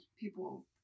people